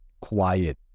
quiet